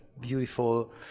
beautiful